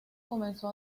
comenzó